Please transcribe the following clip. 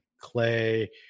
Clay